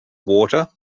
water